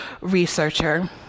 researcher